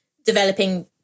developing